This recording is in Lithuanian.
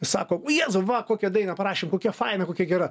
sako jėzau va kokią dainą parašėm kokia faina kokia gera